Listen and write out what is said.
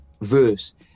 verse